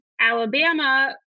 Alabama